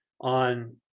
on